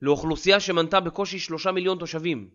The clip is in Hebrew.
לאוכלוסייה שמנתה בקושי שלושה מיליון תושבים